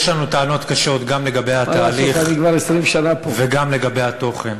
יש לנו טענות קשות גם לגבי התהליך וגם לגבי התוכן.